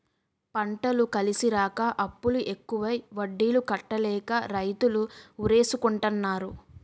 పంటలు కలిసిరాక అప్పులు ఎక్కువై వడ్డీలు కట్టలేక రైతులు ఉరేసుకుంటన్నారు